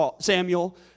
Samuel